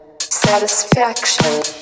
Satisfaction